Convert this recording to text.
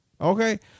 Okay